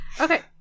Okay